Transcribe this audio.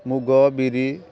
ମୁଗ ବିରି